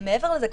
מעבר לזה,